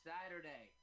Saturday